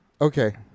okay